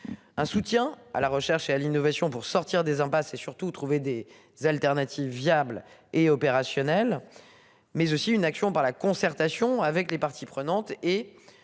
Un soutien à la recherche et à l'innovation pour sortir des impasses et surtout trouver des alternatives viables et opérationnel mais aussi une action par la concertation avec les parties prenantes et.